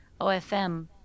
OFM